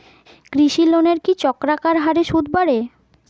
কৃষি লোনের কি চক্রাকার হারে সুদ বাড়ে?